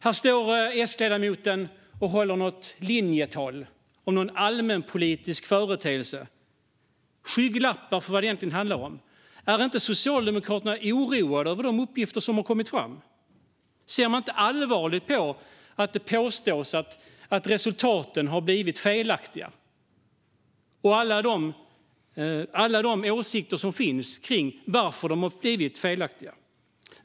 Här står S-ledamoten och håller ett linjetal om någon allmänpolitisk företeelse, med skygglapparna på för vad det egentligen handlar om. Är inte Socialdemokraterna oroade över de uppgifter som har kommit fram? Ser man inte allvarligt på att det påstås att resultaten har blivit felaktiga? Ser man inte alla de åsikter som finns kring varför de har blivit felaktiga?